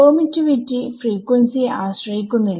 permittivity ഫ്രീക്വൻസിയെ ആശ്രയിക്കുന്നില്ല